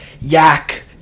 yak